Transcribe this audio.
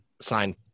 sign